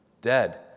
dead